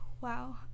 wow